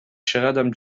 چقدم